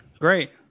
great